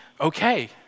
okay